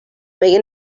مگه